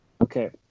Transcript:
Okay